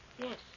Yes